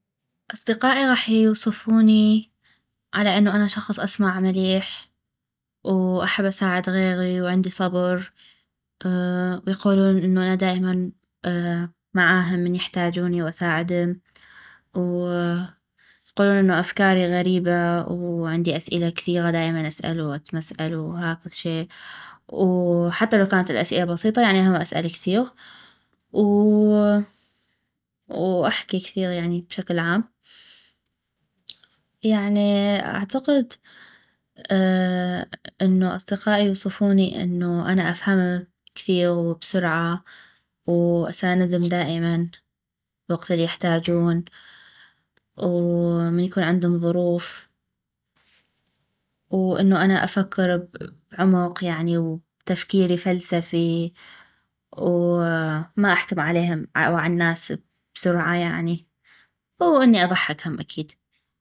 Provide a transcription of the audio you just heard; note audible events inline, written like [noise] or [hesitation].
اصدقائي غاح يوصفوني على انو انا شخص اسمع مليح واحب اساعد غيغي و عندي صبر [hesitation] ويقولون انو انا دائما معاهم من يحتاجوني و أساعدم و [hesitation] يقولون انو افكاري غريبة وعندي اسئلة كثيغة دائما اسألو واتمسئل هاكذ شي و [hesitation] حتى لو كانت الأسئلة بسيطة هم اسأل كثيغ و [hesitation] و احكي كثيغ يعني بشكل عام يعني اعتقد [hesitation] انو اصدقائي يوصفوني اني افهمم كثيغ و بسرعة و أساندم دائما بالوقت اليحتاجون و [hesitation] من يكون عندم ظروف و [hesitation] انو انا افكر ابعمق يعني تفكيري فلسفي و [hesitation] ما أحكم عليهم أو عالناس بسرعة يعني و [hesitation] اني اضحكم أكيد.